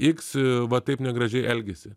iks va taip negražiai elgiasi